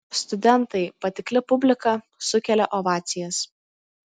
studentai patikli publika sukelia ovacijas